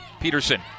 Peterson